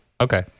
Okay